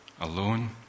Alone